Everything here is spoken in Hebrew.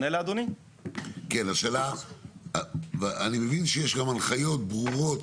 אני מבין שיש גם הנחיות ברורות